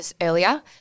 earlier –